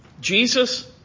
Jesus